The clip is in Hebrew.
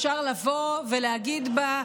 אפשר לבוא ולהגיד בה,